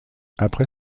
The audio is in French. après